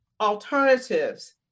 alternatives